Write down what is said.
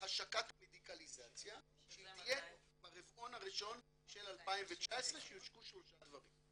בהשקת המדיקלזציה שהיא תהיה ברבעון הראשון של 2019 שיושקו שלושה דברים: